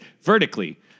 vertically